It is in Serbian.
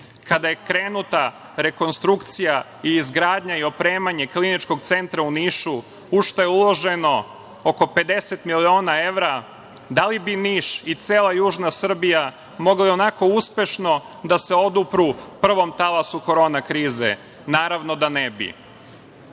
kada je pokrenuta rekonstrukcija, izgradnja i opremanje Kliničkog centra Niš u šta je uloženo oko 50 miliona evra, da li bi Niš i cela južna Srbija mogli onako uspešno da se odupru prvom talasu Korona krize? Naravno da ne bi. Ja